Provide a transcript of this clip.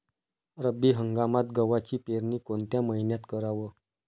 रब्बी हंगामात गव्हाची पेरनी कोनत्या मईन्यात कराव?